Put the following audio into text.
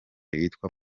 yitwa